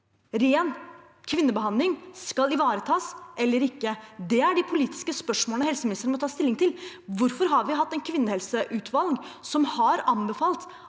ren kvinnebehandling skal ivaretas eller ikke. Det er de politiske spørsmålene helseministeren må ta stilling til. Vi har hatt et kvinnehelseutvalg som har anbefalt